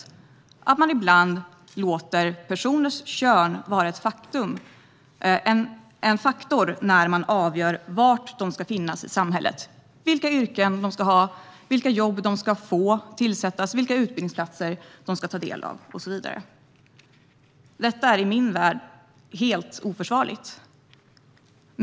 Därför låter man ibland personers kön vara en faktor när man avgör var de ska finnas i samhället, vilka yrken de ska ha, vilka jobb de ska få, vilka utbildningsplatser de ska ta del av och så vidare. I min värld är detta helt oförsvarligt.